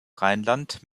rheinland